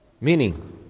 Meaning